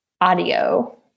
Audio